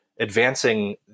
advancing